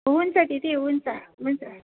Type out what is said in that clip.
हुन्छ दिदी हुन्छ हुन्छ हुन्छ